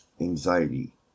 anxiety